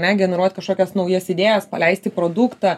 ne generuot kažkokias naujas idėjas paleisti produktą